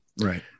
Right